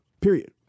period